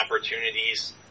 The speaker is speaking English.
opportunities